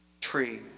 Tree